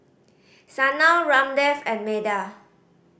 Sanal Ramdev and Medha